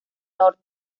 norte